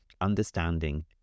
understanding